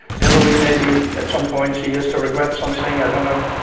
hilary maybe at some point she has to regret something, i don't know.